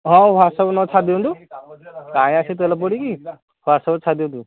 ହଉ ହ୍ୱାଟସପ୍ ନହେନେ ଛାଡ଼ିଦିଅନ୍ତୁ କାଇଁ ଆସିବେ ତେଲ ପୁଡ଼ିକି ଛାଡ଼ିଦିଅନ୍ତୁ